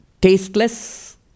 tasteless